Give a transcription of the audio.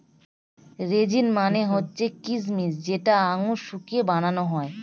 raisin মানে হচ্ছে কিচমিচ যেটা আঙুর শুকিয়ে বানানো হয়